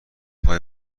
خوای